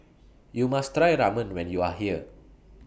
YOU must Try Ramen when YOU Are here